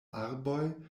arboj